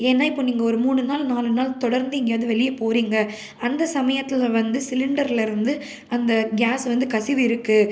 ஏன்னா இப்போ நீங்கள் ஒரு மூணு நாள் நாலு நாள் தொடர்ந்து எங்கேயாவது வெளியே போகிறீங்க அந்த சமயத்தில் வந்து சிலிண்டரில் இருந்து அந்த கேஸ் வந்து கசிவு இருக்குது